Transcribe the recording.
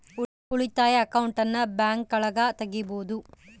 ಉಳಿತಾಯ ಅಕೌಂಟನ್ನ ಬ್ಯಾಂಕ್ಗಳಗ ತೆಗಿಬೊದು